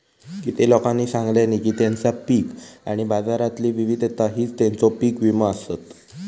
किती लोकांनी सांगल्यानी की तेंचा पीक आणि बाजारातली विविधता हीच तेंचो पीक विमो आसत